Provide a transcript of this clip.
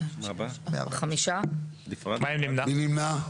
מי נמנע?